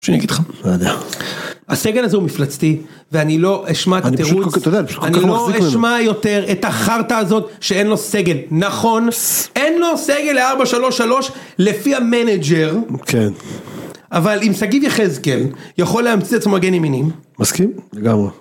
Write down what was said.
שאני אגיד לך? לא יודע. הסגל הזה הוא מפלצתי ואני לא אשמע את התירוץ (...) אני לא אשמע יותר את החרטא הזאת שאין לו סגל. נכון, אין לו סגל 433 לפי המנג'ר, כן, אבל אם שגיב יחזקאל יכול להמציא את עצמו מגן ימינים, מסכים? לגמרי.